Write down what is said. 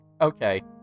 okay